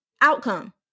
outcome